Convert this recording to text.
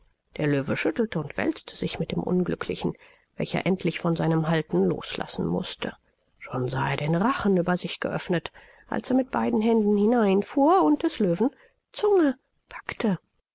der löwe schüttelte und wälzte sich mit dem unglücklichen welcher endlich von seinem halten loslassen mußte schon sah er den rachen über sich geöffnet als er mit beiden händen hineinfuhr und des löwen zunge packte